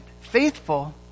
faithful